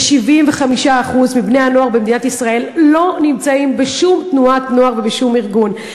ש-75% מבני-הנוער במדינת ישראל לא נמצאים בשום תנועת נוער ובשום ארגון.